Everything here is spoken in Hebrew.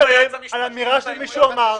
כרגע על 100 ההסתייגויות שלך.